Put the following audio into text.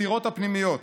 הסתירות הפנימית,